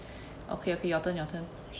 okay okay your turn your turn